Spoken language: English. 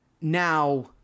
Now